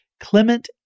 Clement